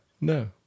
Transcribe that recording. No